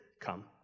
come